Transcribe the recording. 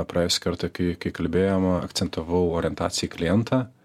praėjusį kartą kai kai kalbėjom akcentavau orientaciją į klientą